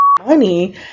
money